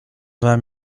vingt